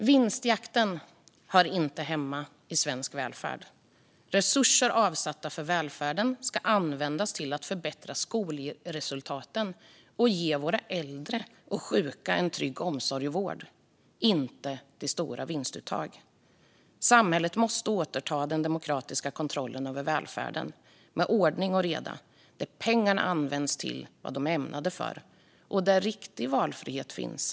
Vinstjakten hör inte hemma i svensk välfärd. Resurser avsatta för välfärden ska användas till att förbättra skolresultaten och ge våra äldre och sjuka en trygg omsorg och vård, inte till stora vinstuttag. Samhället måste återta den demokratiska kontrollen över välfärden, med ordning och reda, där pengarna används till vad de är ämnade för och där riktig valfrihet finns.